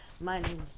Money